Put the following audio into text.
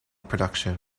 production